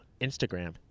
Instagram